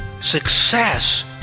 success